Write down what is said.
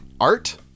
art